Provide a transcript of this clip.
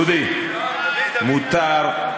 דודי, מותר,